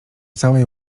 całej